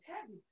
heavy